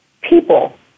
people